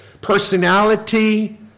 personality